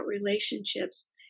relationships